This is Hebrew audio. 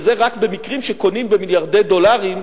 וזה רק במקרים שקונים במיליארדי דולרים,